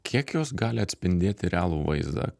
kiek jos gali atspindėti realų vaizdą